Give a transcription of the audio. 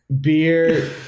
beer